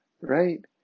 right